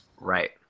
right